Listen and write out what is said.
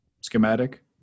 schematic